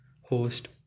host